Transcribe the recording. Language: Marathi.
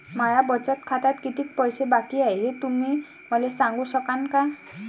माया बचत खात्यात कितीक पैसे बाकी हाय, हे तुम्ही मले सांगू सकानं का?